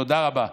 תודה רבה.